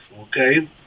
Okay